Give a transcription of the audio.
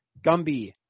Gumby